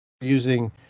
using